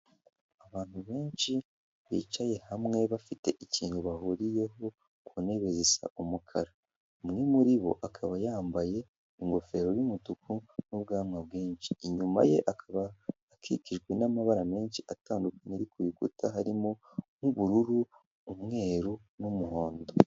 Abantu benshi bicaye hamwe bafite ikintu bahuriyeho, ku ntebe zisa umukara. Umwe muri bo akaba yambaye ingofero y'umutuku n'ubwanwa bwinshi. Inyuma ye akaba akikijwe n'amabara menshi atandukanye ari ku rukuta harimo nk'ubururu, umweru, n'umuhondo.